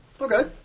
Okay